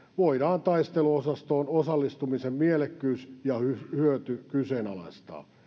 voidaan taisteluosastoon osallistumisen mielekkyys ja hyöty kyseenalaistaa